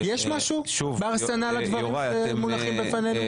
יש משהו בארסנל הדברים שמונחים בפנינו?